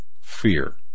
fear